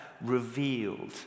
revealed